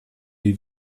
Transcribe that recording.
des